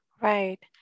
Right